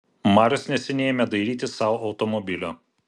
marius neseniai ėmė dairytis sau automobilio